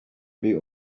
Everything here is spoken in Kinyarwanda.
mbi